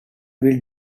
will